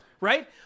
Right